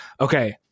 okay